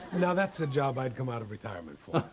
now that's a job i'd come out of retirement for.